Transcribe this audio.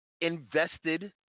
invested